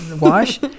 wash